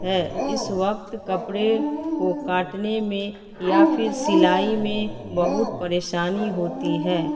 ہے اس وقت کپڑے کو کاٹنے میں یا پھر سلائی میں بہت پریشانی ہوتی ہے